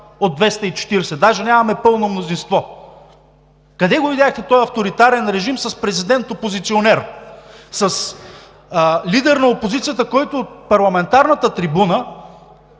от 240 – даже нямаме пълно мнозинство. Къде го видяхте този авторитарен режим с президент – опозиционер, с лидер на опозицията, който от парламентарната трибуна